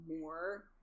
more